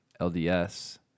LDS